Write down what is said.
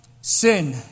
sin